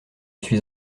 suis